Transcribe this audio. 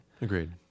Agreed